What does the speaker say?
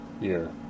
year